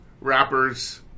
rappers